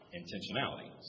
intentionality